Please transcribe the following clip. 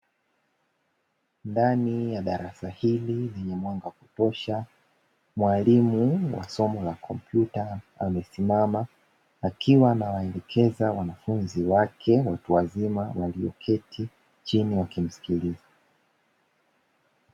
Ndani ya darasa hili lenye mwanga wa kutosha, mwalimu wa somo la kompyuta amesimama, akiwa anawaelekeza wanafunzi wake watu wazima walioketi chini wakimsikiliza.